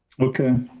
okay.